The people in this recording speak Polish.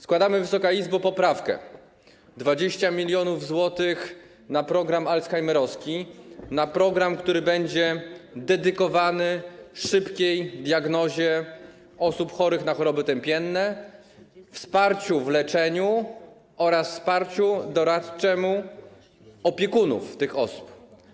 Składamy, Wysoka Izbo, poprawkę: 20 mln zł na program alzheimerowski, na program, który będzie dedykowany szybkiej diagnozie osób chorych na choroby otępienne, wsparciu w leczeniu oraz wsparciu doradczemu opiekunów tych osób.